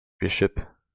Bishop